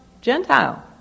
Gentile